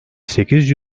sekiz